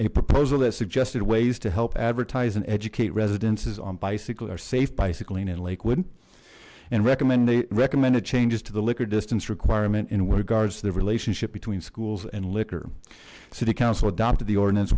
a proposal that suggested ways to help advertise and educate residences on bicycle or safe bicycling in lakewood and recommend the recommended changes to the liquor distance requirement in regards to the relationship between schools and liquor city council adopted the ordinance